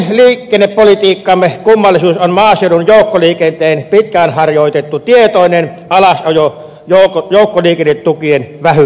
toinen liikennepolitiikkamme kummallisuus on maaseudun joukkoliikenteen pitkään harjoitettu tietoinen alasajo joukkoliikennetukien vähyyden vuoksi